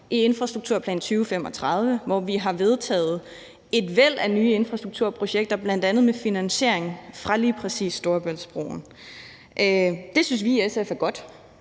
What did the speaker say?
i infrastrukturplan 2035, hvor vi har vedtaget et væld af nye infrastrukturprojekter, bl.a. med finansiering fra lige præcis Storebæltsbroen. Det synes vi i SF er godt,